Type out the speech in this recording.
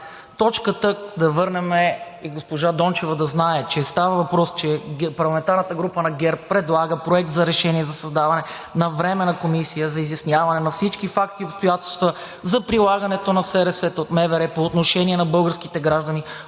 дебатът. Да върнем и госпожа Дончева да знае, че става въпрос, че парламентарната група на ГЕРБ предлага Проект на решение за създаване на Временна комисия за изясняване на всички факти и обстоятелства за прилагането на СРС от МВР по отношение на български граждани,